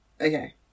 Okay